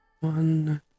One